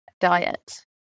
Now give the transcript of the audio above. diet